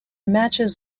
matches